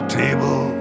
table